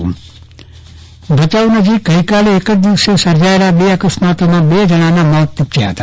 ચંદ્રવદન પટ્ટણી અકસ્માત ભચાઉ નજીક ગઈકાલે એક જ દિવસે સર્જાયેલા બે અકસ્માતોમાં બે જણાના મોત નીપજ્યા હતા